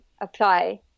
apply